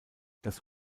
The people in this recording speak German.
das